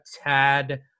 tad